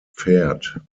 pferd